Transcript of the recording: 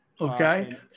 Okay